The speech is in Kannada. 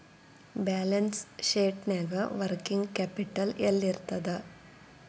ಬ್ಯಾಲನ್ಸ್ ಶೇಟ್ನ್ಯಾಗ ವರ್ಕಿಂಗ್ ಕ್ಯಾಪಿಟಲ್ ಯೆಲ್ಲಿರ್ತದ?